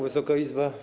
Wysoka Izbo!